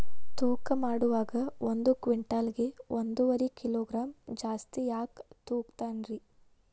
ತೂಕಮಾಡುವಾಗ ಒಂದು ಕ್ವಿಂಟಾಲ್ ಗೆ ಒಂದುವರಿ ಕಿಲೋಗ್ರಾಂ ಜಾಸ್ತಿ ಯಾಕ ತೂಗ್ತಾನ ರೇ?